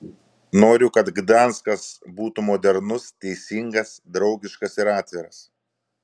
noriu kad gdanskas būtų modernus teisingas draugiškas ir atviras